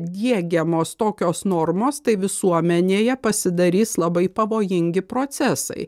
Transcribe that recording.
diegiamos tokios normos tai visuomenėje pasidarys labai pavojingi procesai